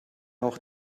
auch